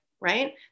right